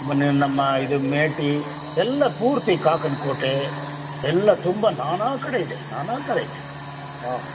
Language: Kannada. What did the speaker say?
ಮೊನ್ನೆ ನಮ್ಮ ಇದು ಮೇಟಿ ಎಲ್ಲ ಪೂರ್ತಿ ಕಾಕನಕೋಟೆ ಎಲ್ಲ ತುಂಬ ನಾನಾ ಕಡೆ ಇದೆ ನಾನಾ ಥರ ಇದೆ ಹಾಂ